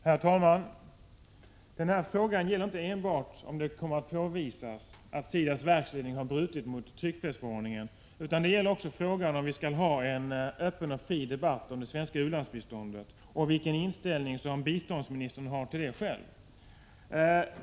Herr talman! Frågan gäller inte enbart om det kommer att påvisas att SIDA:s verksledning har brutit mot tryckfrihetsförordningen, utan den gäller också om vi skall ha en öppen och fri debatt om det svenska u-landsbiståndet och vilken inställning biståndsministern själv har till detta.